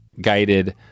guided